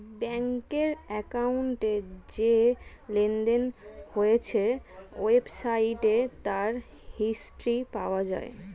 ব্যাংকের অ্যাকাউন্টে যে লেনদেন হয়েছে ওয়েবসাইটে তার হিস্ট্রি পাওয়া যায়